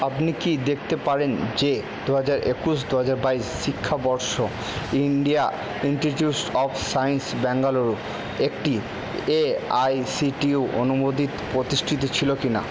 আপনি কি দেখতে পারেন যে দু হাজার একুশ দু হাজার বাইশ শিক্ষাবর্ষ India institute of science Bengaluru একটি এআইসিটিউ অনুমোদিত প্রতিষ্ঠান ছিল কি না